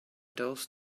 those